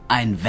Ein